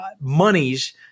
monies